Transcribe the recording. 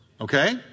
Okay